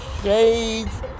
shades